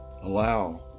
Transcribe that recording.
allow